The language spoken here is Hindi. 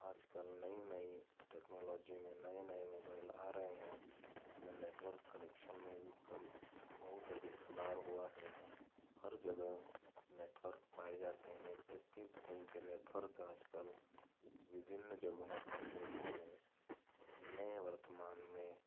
आज कल नई नई टेक्नोलोजी में नए नए मोबाइल आ रहे हैं जिसमें नेटवर्क कनेक्शन में भी कई बहुत अधिक सुधार हुआ है हर जगह नेटवर्क पाए जाते हैं प्रत्येक सिम के नेटवर्क आज कल विभिन्न जगहों पर मिलते हैं मैं वर्तमान में